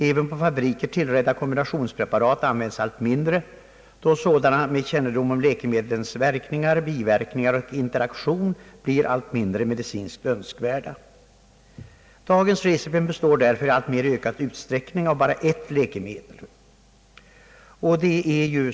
Även på fabriker tillredda kombinationspreparat användes allt mindre, då sådana med kännedom om läkemedlens verkningar, biverkningar och interaktion blir allt mindre medicinskt önskvärda. Dagens recipen består därför i alltmer ökad utsträckning av bara ett läkemedel.